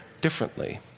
differently